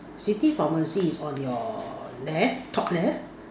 city pharmacy is on your left top left